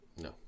No